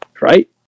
right